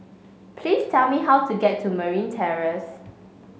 please tell me how to get to Merryn Terrace